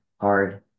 hard